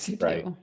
right